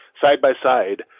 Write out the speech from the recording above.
side-by-side